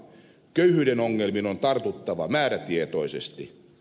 köyhyyden ongelmiin on tartuttava määrätietoisesti